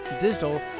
Digital